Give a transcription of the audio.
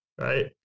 Right